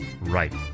right